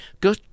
go